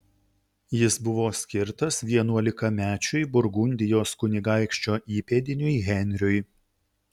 jis buvo skirtas vienuolikamečiui burgundijos kunigaikščio įpėdiniui henriui